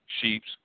sheep's